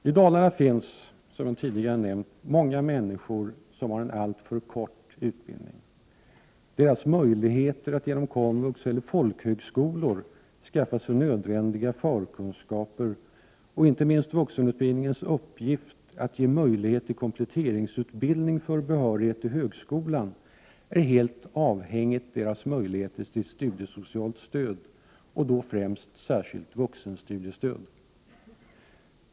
Som jag tidigare nämnt finns det i Dalarna många människor som har en alltför kort tidigare utbildning. Deras möjligheter att genom komvux eller folkhögskolor skaffa sig nödvändiga förkunskaper — och inte minst vuxenutbildningens uppgift att ge möjlighet till kompletteringsutbildning för behörighet till högskolan — är helt avhängiga möjligheterna till studiesocialt stöd, främst då särskilt vuxenstudiestöd.